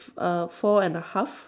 uh four and a half